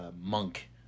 monk